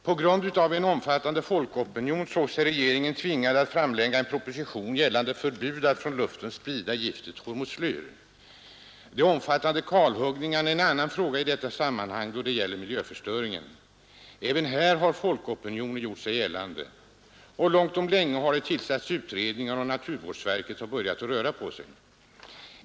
På grund av en omfattande folkopinion såg sig regeringen tvingad att framlägga en proposition gällande förbud att från luften sprida giftet hormoslyr. De omfattande kalhuggningarna är en annan fråga i samband med miljöförstöringen. Även härvidlag har folkopinionen gjort sig gällande. Långt om länge har det tillsatts utredningar, och naturvårdsverket har börjat röra på sig.